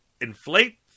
inflate